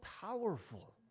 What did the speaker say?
powerful